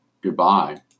goodbye